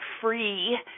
free